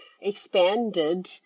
expanded